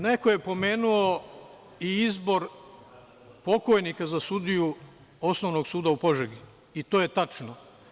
Neko je pomenuo i izbor pokojnika za sudiju Osnovnog suda u Požegi, i to je tačno.